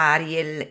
Ariel